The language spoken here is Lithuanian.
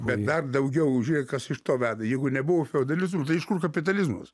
bet dar daugiau žiūrėk kas iš to veda jeigu nebuvo feodalizmo iš kur kapitalizmas